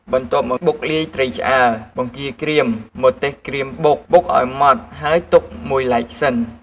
បន្ទាប់មក បុកលាយត្រីឆ្អើរ បង្គាក្រៀម ម្ទេសក្រៀមបុក បុកឱ្យម៉ដ្ឋហើយទុកមួយឡែកសិន។